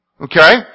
Okay